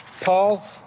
Paul